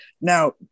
Now